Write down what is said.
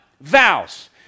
Vows